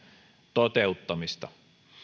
toteuttamista